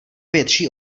větší